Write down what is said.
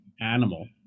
animal